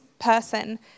person